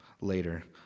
later